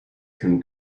can